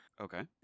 Okay